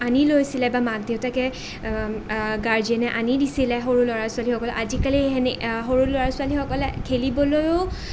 আনি লৈছিলে বা মাক দেউতাকে গাৰ্জেনে আনি দিছিলে সৰু ল'ৰা ছোৱালীসকলক আজি কালি সেনে সৰু ল'ৰা ছোৱালীসকলে খেলিবলৈয়ো